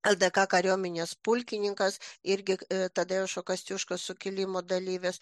ldk kariuomenės pulkininkas irgi tadeušo kosciuškos sukilimo dalyvis